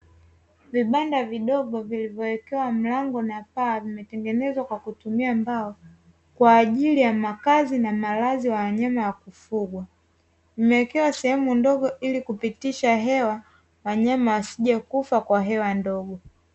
Vibanda vidogo vilivyoekewa mlango na paa vimetengenezwa kwa kutumia mbao kwa ajili ya makazi na malazi ya wanyama wa kufugwa, vimewekewa sehemu ndogo ili kupitisha hewa wanyama wasije kufa kwa hewa ndogo.